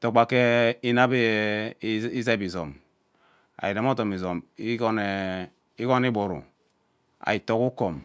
Too gba kee izep izom ari rem odom izoom igon eee igon igburu ari took ukon